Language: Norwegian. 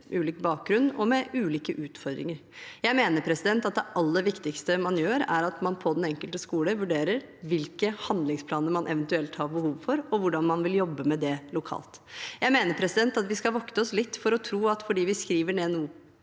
ulik bakgrunn og med ulike utfordringer. Jeg mener at det aller viktigste man gjør, er at man på den enkelte skole vurderer hvilke handlingsplaner man eventuelt har behov for, og hvordan man vil jobbe med det lokalt. Jeg mener at vi skal vokte oss litt for å tro at fordi vi skriver ned noe